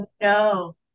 No